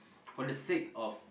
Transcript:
for the sake of